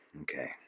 Okay